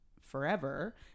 forever